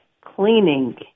cleaning